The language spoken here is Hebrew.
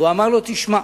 והוא אמר לו: תשמע,